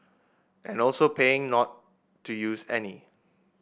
and also paying not to use any